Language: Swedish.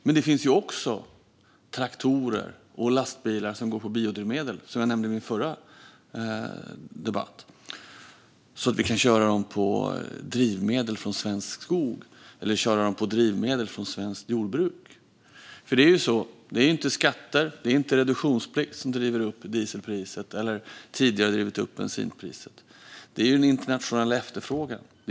Men det finns också traktorer och lastbilar som går på biodrivmedel, som jag nämnde i den förra debatten, så att de kan köras på drivmedel från svensk skog eller på drivmedel från svenskt jordbruk. Det är nämligen inte skatter och reduktionsplikt som driver upp dieselpriset eller som tidigare drivit upp bensinpriset, utan det är en internationell efterfrågan som har gjort det.